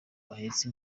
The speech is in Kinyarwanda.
bahetse